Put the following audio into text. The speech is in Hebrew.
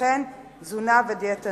וכן תזונה ודיאטנות.